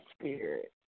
spirit